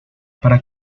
para